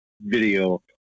video